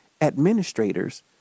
administrators